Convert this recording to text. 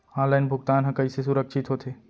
Online भुगतान हा कइसे सुरक्षित होथे?